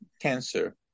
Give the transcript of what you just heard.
cancer